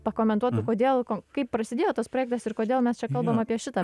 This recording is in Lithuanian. pakomentuotų kodėl kon kaip prasidėjo tas projektas ir kodėl mes čia kalbam apie šitą